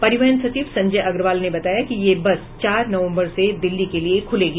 परिवहन सचिव संजय अग्रवाल ने बताया कि यह बस चार नवम्बर से दिल्ली के लिये खुलेगी